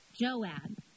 Joab